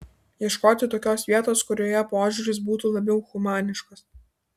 ieškoti tokios vietos kurioje požiūris būtų labiau humaniškas